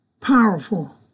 powerful